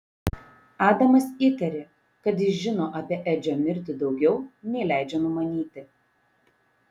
adamas įtarė kad jis žino apie edžio mirtį daugiau nei leidžia numanyti